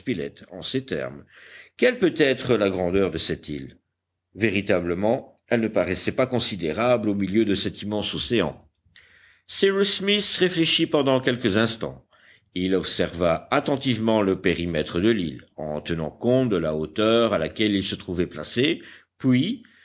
en ces termes quelle peut être la grandeur de cette île véritablement elle ne paraissait pas considérable au milieu de cet immense océan cyrus smith réfléchit pendant quelques instants il observa attentivement le périmètre de l'île en tenant compte de la hauteur à laquelle il se trouvait placé puis